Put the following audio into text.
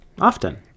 Often